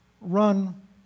run